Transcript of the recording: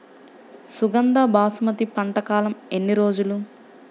సుగంధ బాసుమతి పంట కాలం ఎన్ని రోజులు?